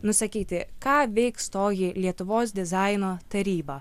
nusakyti ką veiks toji lietuvos dizaino taryba